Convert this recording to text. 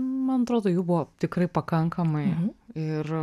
man atrodo jų buvo tikrai pakankamai ir